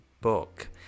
book